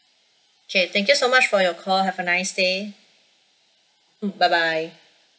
K thank you so much for your call have a nice day mm bye bye